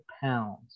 pounds